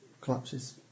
collapses